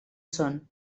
són